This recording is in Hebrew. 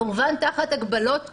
כמובן תחת הגבלות קפדניות,